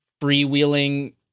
freewheeling